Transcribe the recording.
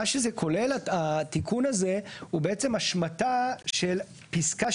מה שזה כולל התיקון הזה הוא בעצם השמטה של פסקה